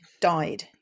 died